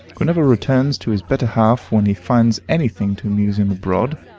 who never returns to his better half when he finds any thing to amuse him abroad.